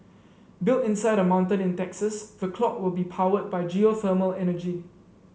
built inside a mountain in Texas the clock will be powered by geothermal energy